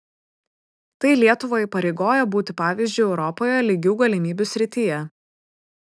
tai lietuvą įpareigoja būti pavyzdžiu europoje lygių galimybių srityje